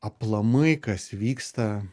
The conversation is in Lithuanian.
aplamai kas vyksta